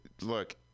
look